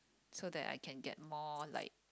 so that I can get more like